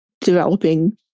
developing